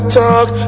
talk